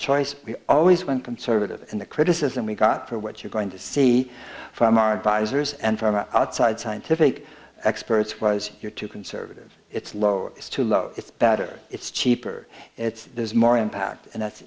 choice we always went conservative in the criticism we got for what you're going to see from our advisors and from outside scientific experts was you're too conservative it's low is too low it's better it's cheaper it's more impact and that's